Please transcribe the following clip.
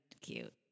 cute